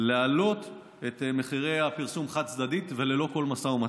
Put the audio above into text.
להעלות את מחירי הפרסום חד-צדדית וללא כל משא ומתן.